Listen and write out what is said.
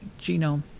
genome